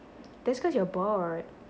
that's cause you're bored